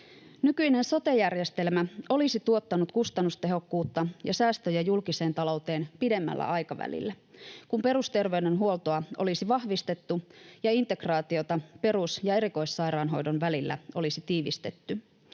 Nykyinen sote-järjestelmä olisi tuottanut kustannustehokkuutta ja säästöjä julkiseen talouteen pidemmällä aikavälillä, kun perusterveydenhuoltoa olisi vahvistettu ja integraatiota perus- ja erikoissairaanhoidon välillä olisi tiivistetty.